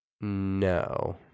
No